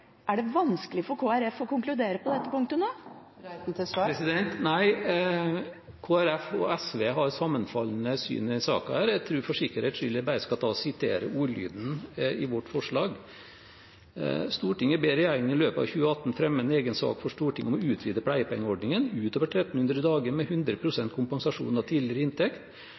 Er det vanskelig for Kristelig Folkeparti å konkludere på dette punktet nå? Nei. Kristelig Folkeparti og SV har sammenfallende syn i denne saken. Jeg tror jeg for sikkerhets skyld skal sitere ordlyden i vårt forslag: «Stortinget ber regjeringen i løpet av 2018 fremme en egen sak for Stortinget om å utvide pleiepengeordningen, med rett til 100 pst. kompensasjon av tidligere inntekt,